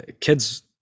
kids